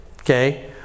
Okay